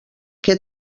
què